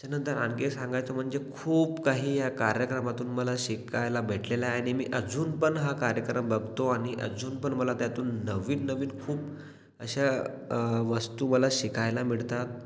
त्याच्यानंतर आणखी एक सांगायचं म्हणजे खूप काही या कार्यक्रमातून मला शिकायला भेटलेलं आहे आणि मी अजून पण हा कार्यक्रम बघतो आणि अजून पण मला त्यातून नवीन नवीन खूप अशा वस्तू मला शिकायला मिळतात